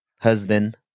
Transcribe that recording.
husband